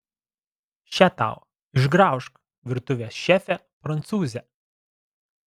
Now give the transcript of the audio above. še tau išgraužk virtuvės šefe prancūze